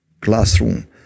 classroom